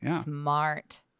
smart